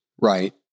Right